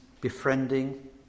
befriending